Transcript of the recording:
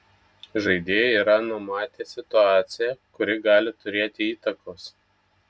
žaidėjai yra numatę situaciją kuri gali turėti įtakos